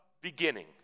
beginning